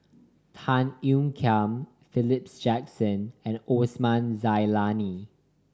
Tan Ean Kiam Philip Jackson and Osman Zailani